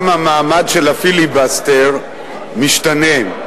גם המעמד של הפיליבסטר משתנה.